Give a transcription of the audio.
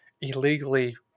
illegally